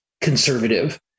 conservative